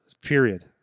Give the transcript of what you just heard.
Period